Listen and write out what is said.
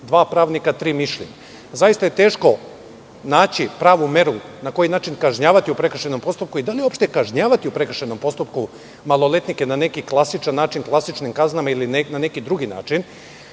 dva pravnika – tri mišljenja. Zaista je teško naći pravu meru na koji način kažnjavati u prekršajnom postupku i da li uopšte kažnjavati u prekršajnom postupku maloletnike na neki klasičan način, klasičnim kaznama, ili na neki drugi način. Moram